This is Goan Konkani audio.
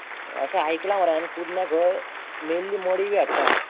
अशें आयकलां मरे हांवें कुडण्या खंय मेल्लीं मडीं हाडटा